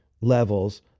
levels